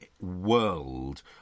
world